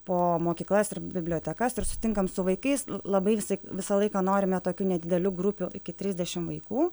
po mokyklas ir bibliotekas ir susitinkam su vaikais labai visaik visą laiką norime tokių nedidelių grupių iki trisdešim vaikų